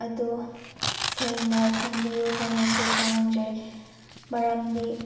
ꯑꯗꯣ ꯁꯦꯡꯅ ꯊꯝꯕꯤꯌꯨ ꯍꯥꯏꯅꯁꯨ ꯈꯪꯍꯟꯖꯔꯤ ꯃꯔꯝꯗꯤ